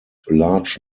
large